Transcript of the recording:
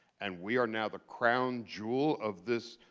and we are now the crown jewel of this?